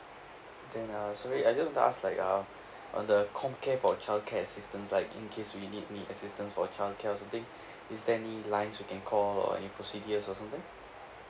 then uh sorry I just wanted to like uh on the comcare for childcare assistance like in case we need the assistance for childcare or something is there any lines we can call any procedures or something